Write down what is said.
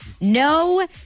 No